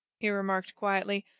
he remarked quietly.